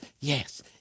yes